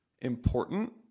important